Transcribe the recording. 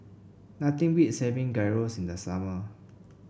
nothing beats having Gyros in the summer